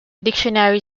dictionary